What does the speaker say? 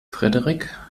frederik